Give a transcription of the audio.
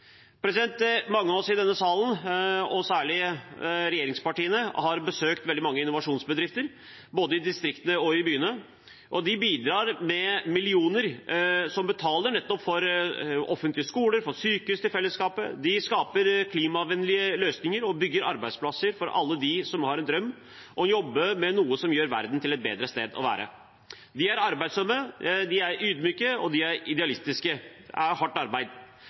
Mange av oss i denne salen og særlig regjeringspartiene har besøkt veldig mange innovasjonsbedrifter, både i distriktene og i byene. De bidrar med millioner som betaler for nettopp offentlige skoler og sykehus til fellesskapet. De skaper klimavennlige løsninger og bygger arbeidsplasser for alle dem som har en drøm om å jobbe med noe som gjør verden til et bedre sted å være. De er arbeidsomme, de er ydmyke, og de er idealistiske – det er hardt arbeid.